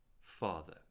Father